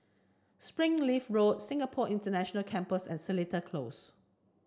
Springleaf Road Singapore International Campus and Seletar Close